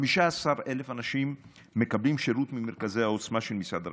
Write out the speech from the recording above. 15,000 אנשים מקבלים שירות ממרכזי העוצמה של משרד הרווחה.